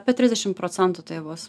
apie trisdešim procentų tai bus